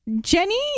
Jenny